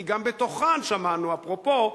כי גם בתוכן שמענו אפרופו,